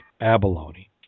abalone